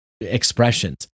expressions